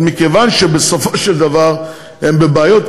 מכיוון שבסופו של דבר הם בבעיות,